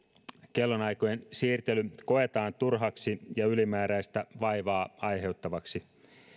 kellonaikojen siirtely koetaan turhaksi ja ylimääräistä vaivaa aiheuttavaksi